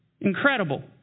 Incredible